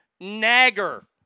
nagger